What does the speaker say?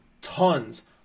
tons